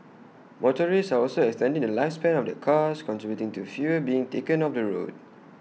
motorists are also extending the lifespan of their cars contributing to fewer being taken off the road